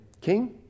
king